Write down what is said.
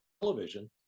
television